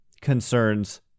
concerns